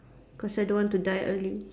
cause I don't want to die early